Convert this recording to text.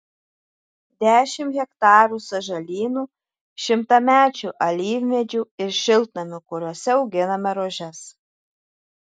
dešimt hektarų sąžalynų šimtamečių alyvmedžių ir šiltnamių kuriuose auginame rožes